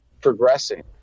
progressing